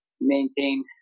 maintain